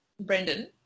Brendan